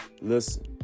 listen